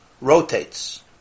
rotates